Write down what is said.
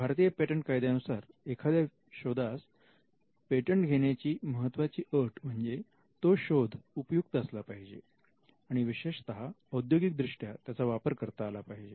भारतीय पेटंट कायद्यानुसार एखाद्या शोधास पेटंट घेण्याची महत्त्वाची अट म्हणजे तो शोध उपयुक्त असला पाहिजे आणि विशेषतः औद्योगिक दृष्ट्या त्याचा वापर करता आला पाहिजे